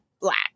black